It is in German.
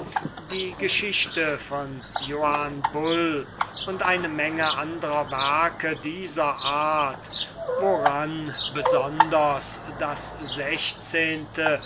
die geschichte von johann bull und eine menge andrer werke dieser art woran besonders das sechzehnte